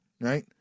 Right